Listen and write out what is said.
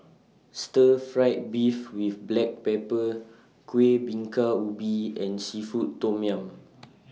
Stir Fried Beef with Black Pepper Kueh Bingka Ubi and Seafood Tom Yum